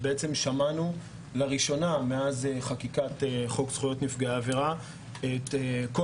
ושמענו לראשונה מאז חקיקת חוק זכויות נפגעי עבירה את כל